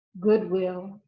goodwill